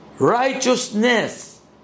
righteousness